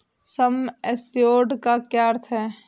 सम assured का क्या अर्थ है?